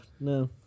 no